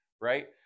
right